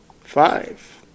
Five